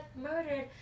murdered